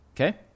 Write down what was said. okay